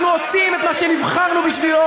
אנחנו עושים את מה שנבחרנו בשבילו,